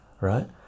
right